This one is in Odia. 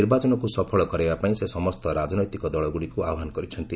ନିର୍ବାଚନକୁ ସଫଳ କରାଇବାପାଇଁ ସେ ସମସ୍ତ ରାଜନୈତିକ ଦଳଗୁଡ଼ିକୁ ଆହ୍ୱାନ କରିଛନ୍ତି